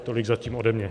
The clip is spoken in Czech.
Tolik zatím ode mě.